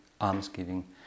almsgiving